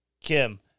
Kim